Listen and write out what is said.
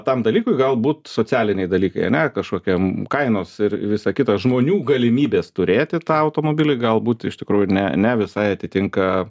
tam dalykui galbūt socialiniai dalykai ane kažkokiam kainos ir visa kita žmonių galimybės turėti tą automobilį galbūt iš tikrųjų ne ne visai atitinka